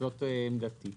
זאת עמדתי.